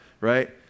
right